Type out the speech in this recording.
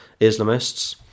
Islamists